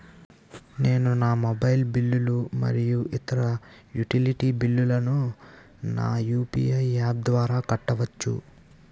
నేను నా మొబైల్ బిల్లులు మరియు ఇతర యుటిలిటీ బిల్లులను నా యు.పి.ఐ యాప్ ద్వారా కట్టవచ్చు